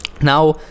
now